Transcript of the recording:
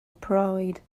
pride